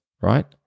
right